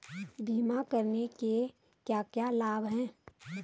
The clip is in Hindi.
बीमा करने के क्या क्या लाभ हैं?